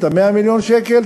את 100 מיליון השקל,